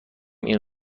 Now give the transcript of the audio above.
این